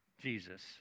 Jesus